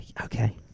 okay